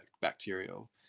bacterial